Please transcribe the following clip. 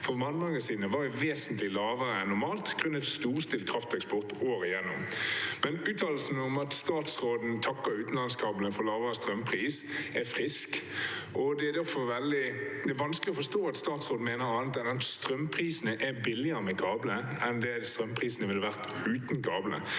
for vannmagasinene var jo vesentlig lavere enn normalt grunnet storstilt krafteksport året gjennom. Men uttalelsen om at statsråden takker utenlandskablene for lavere strømpris, er frisk, og det er derfor veldig vanskelig å forstå at statsråden mener noe annet enn at strømprisene er lavere med kablene enn det strømprisene ville vært uten kablene.